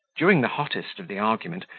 during the hottest of the argument,